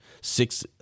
six